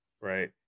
right